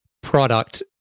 product